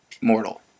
mortal